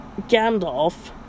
Gandalf